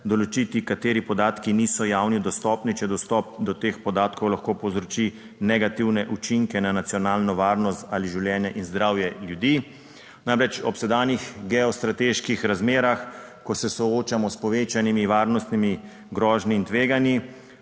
določiti, kateri podatki niso javno dostopni, če dostop do teh podatkov lahko povzroči negativne učinke na nacionalno varnost ali življenje in zdravje ljudi. Namreč ob sedanjih geostrateških razmerah, ko se soočamo s povečanimi varnostnimi grožnjami in tveganji,